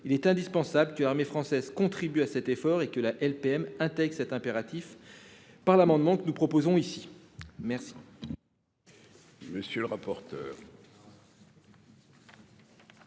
il est indispensable que l'armée française contribue à cet effort et que la LPM intègre cet impératif par l'amendement que nous proposons ici. Quel